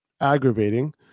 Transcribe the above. aggravating